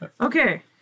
Okay